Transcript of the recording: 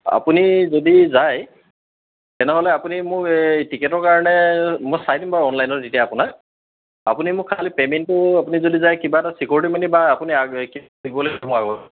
আপুনি যদি যায় তেনেহ'লে আপুনি মোক এই টিকেটৰ কাৰণে মই চাই দিম বাৰু অনলাইনত এতিয়া আপোনাৰ আপুনি মোক খালি পে'মেণ্টটো আপুনি যদি যায় কিবা এটা চিকিউৰিটি মনি বা আপুনি